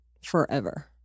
forever